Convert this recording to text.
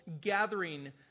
gathering